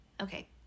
Okay